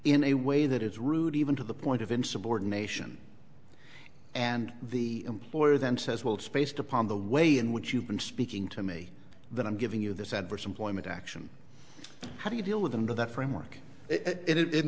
in a way that is rude even to the point of insubordination and the employer then says well spaced upon the way in which you've been speaking to me that i'm giving you this adverse employment action how do you deal with them to that framework it